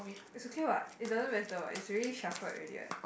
is okay what it doesn't matter what is already shuffled already what